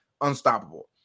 unstoppable